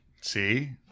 See